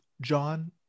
John